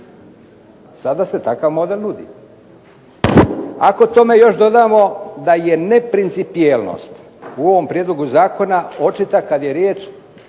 Sada se takav model nudi. Ako tome još dodamo da je neprincipijelnost u ovom prijedlogu zakona očita kad je riječ